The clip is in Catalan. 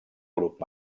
grup